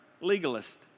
legalist